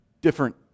different